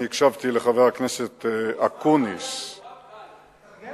אקוניס, מה הבעיה?